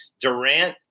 Durant